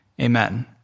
Amen